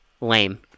lame